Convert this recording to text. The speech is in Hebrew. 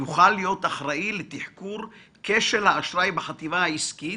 יוכל להיות אחראי לתחקור כשל האשראי בחטיבה העסקית